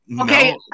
Okay